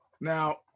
Now